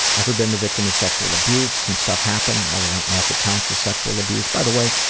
ever been the victim of sexual abuse? some stuff happened but i don't know if it counts as sexual abuse. by the way,